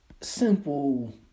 simple